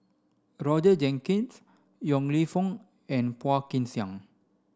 Roger Jenkins Yong Lew Foong and Phua Kin Siang